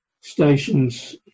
stations